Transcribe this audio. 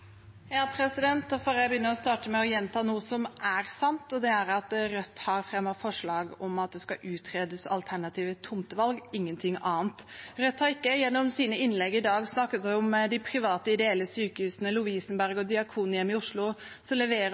sant, og det er at Rødt har fremmet forslag om at det skal utredes alternative tomtevalg – ingenting annet. Rødt har ikke gjennom sine innlegg i dag snakket om de private, ideelle sykehusene Lovisenberg og Diakonhjemmet i Oslo, som leverer